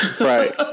right